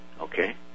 Okay